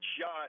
shot